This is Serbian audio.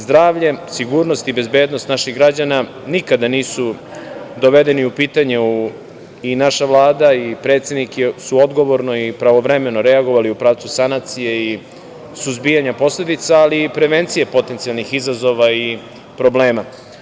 Zdravlje, sigurnost i bezbednost naših građana nikada nisu dovedeni u pitanje i naša Vlada i predsednik su odgovorno i pravovremeno reagovali u pravcu sanacije i suzbijanja posledica, ali i prevencija potencijalnih izazova i problema.